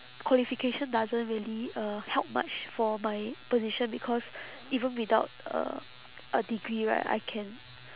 qualification doesn't really uh help much for my position because even without uh a degree right I can